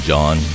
John